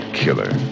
killer